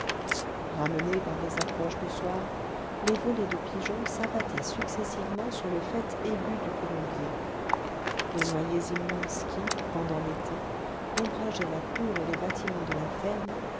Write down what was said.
ramenées par les approches du soir les volées de pigeons s'abattaient successivement sur le faîte aigu du colombier les noyers immenses qui pendant l'été ombrageaient la cour et les bâtiments de la ferme